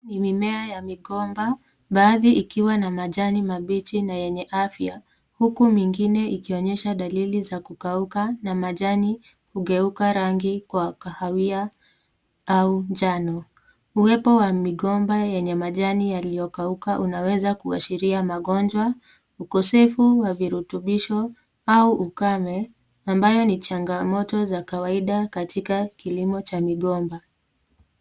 Ni mimmea ya migomba baadhi ikiwa na majani mabichi na yenye afya huku nyingine ikionyesha dalili za kukauka na majani hukeuka rangi kwa kahawia au njano, uwebo wa migomba yenye majani yaliyokauka unaweza kuashiria magonjwa ukosevu wa virutubisho au ukame ambayo ni changamoto za kawaida katika kilimo cha migomba.